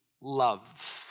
love